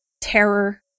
terror